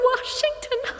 Washington